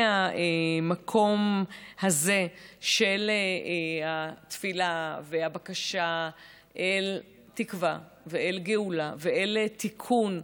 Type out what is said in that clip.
מהמקום הזה של התפילה והבקשה אל תקווה ואל גאולה ואל תיקון,